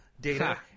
Data